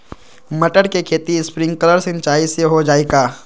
मटर के खेती स्प्रिंकलर सिंचाई से हो जाई का?